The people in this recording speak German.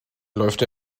läuft